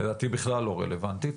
לדעתי בכלל לא רלוונטית.